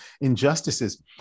injustices